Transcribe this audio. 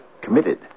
committed